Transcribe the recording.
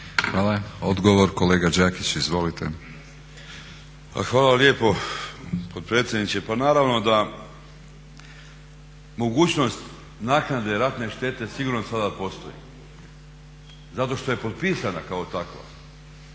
Hvala. Odgovor kolega Đakić, izvolite. **Đakić, Josip (HDZ)** Hvala lijepo potpredsjedniče, pa naravno da mogućnost naknade ratne štete sigurno sada postoji. Zato što je potpisana kao takva,